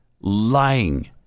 lying